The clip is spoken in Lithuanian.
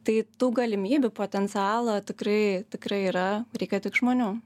tai tų galimybių potencialo tikrai tikrai yra reikia tik žmonių